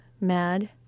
mad